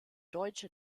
deutsche